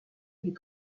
les